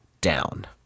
down